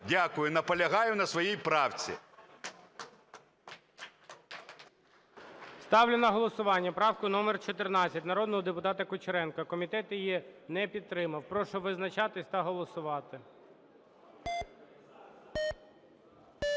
Дякую. Наполягаю на своїй правці. ГОЛОВУЮЧИЙ. Ставлю на голосування правку номер 14 народного депутата Кучеренка. Комітет її не підтримав. Прошу визначатись та голосувати.